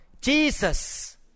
Jesus